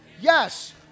Yes